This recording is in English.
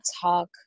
talk